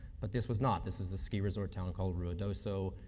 but this was not. this was a ski resort town called ruidoso,